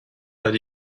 that